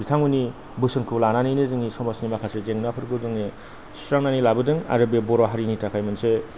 बिथांमोननि बोसोनखौ लानानैनो जोंनि समाजनि माखासे जेंनाफोरखौ जोङो सुस्रांनानै लाबोदों आरो बे बर' हारिनि थाखाय मोनसे